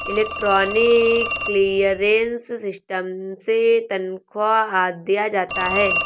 electronic clearance system से तनख्वा आदि दिया जाता है